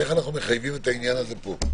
איך אנחנו מחייבים את העניין הזה פה.